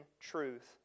truth